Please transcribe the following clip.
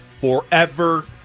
forever